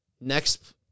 Next